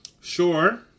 sure